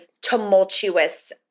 tumultuous